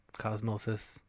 Cosmosis